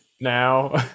now